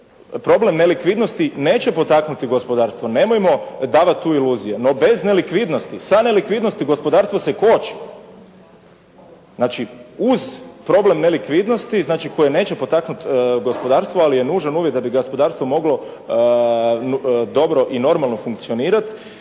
problem nelikvidnosti neće potaknuti gospodarstvo. Nemojmo davati tu iluzije. No bez nelikvidnosti, sa nelikvidnosti gospodarstvo se koči. Znači uz problem nelikvidnosti znači koja neće potaknuti gospodarstvo ali je nužan uvjet da bi gospodarstvo moglo dobro i normalno funkcionirati